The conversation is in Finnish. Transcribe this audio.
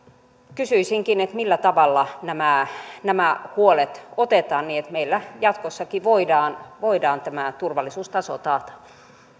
kysyisinkin millä tavalla nämä nämä huolet otetaan huomioon niin että meillä jatkossakin voidaan voidaan tämä turvallisuustaso taata